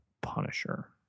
Punisher